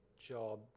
job